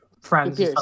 friends